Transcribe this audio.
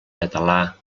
català